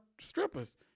strippers